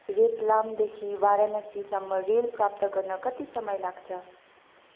रतलामदेखि वाराणसीसम्म रेल प्राप्त गर्न कति समय लाग्छ